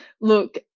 Look